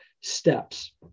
steps